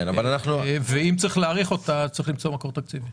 אם צריך להאריך אותה, צריך למצוא לזה מקור תקציב.